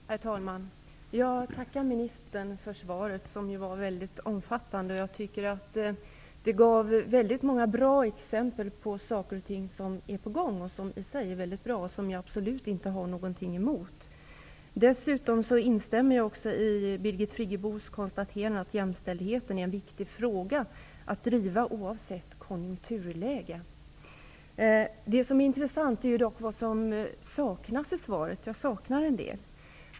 Herr talman! Jag tackar ministern för svaret som var mycket omfattande. Jag tycker att det gav många bra exempel på saker som är på gång och som jag absolut inte har något emot. Jag instämmer dessutom i Birgit Friggebos konstaterande att jämställdheten är en viktig fråga att driva oavsett konjunkturläge. Det intressanta är dock det som saknas i svaret. Jag saknar en del.